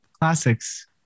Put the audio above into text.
classics